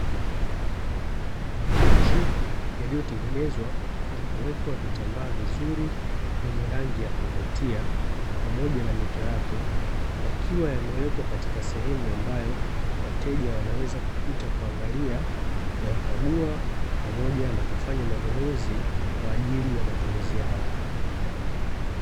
Makochi yaliyotengenezwa na kuwekwa vitambaa vizuri vyenye rangi ya kuvutia pamoja na mito yake; yakiwa yamewekwa katika sehemu ambayo wateja wanaweza kupita kuangalia, kuyakagua pamoja na kufanya manunuzi kwa ajili ya matumizi yao.